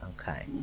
Okay